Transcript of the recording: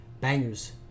bangers